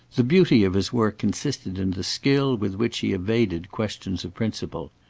the beauty of his work consisted in the skill with which he evaded questions of principle.